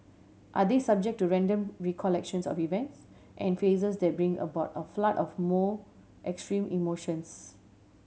are they subject to random recollections of events and faces that bring about a flood of more extreme emotions